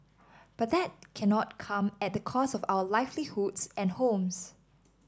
but that cannot come at the cost of our livelihoods and homes